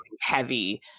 heavy